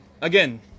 again